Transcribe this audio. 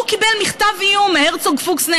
והוא קיבל מכתב איום מהרצוג-פוקס-נאמן,